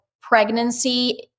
pregnancy